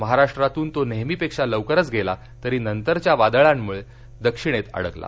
महाराष्ट्रातून तो नेहमीपेक्षा लवकरच गेला तरी नंतरच्या वादळांमुळे दक्षिणेत अडकला